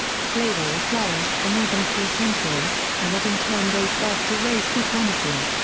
slavery flourished for more than four centuries, and that in turn gave birth to race supremacy.